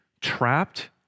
trapped